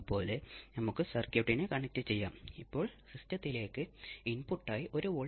അടിസ്ഥാന RC circuit ഇവിടെ കാണിച്ചിരിക്കുന്നു ഇപ്പോൾ Vo എന്താണെന്ന് നോക്കാം